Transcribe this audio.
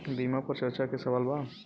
बीमा पर चर्चा के सवाल बा?